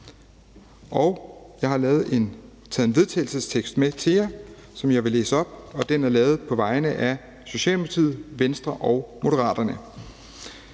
Jeg har taget en vedtagelsestekst med til jer, som jeg vil læse op på vegne af Socialdemokratiet, Venstre og Moderaterne: